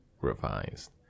revised